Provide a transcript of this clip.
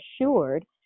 assured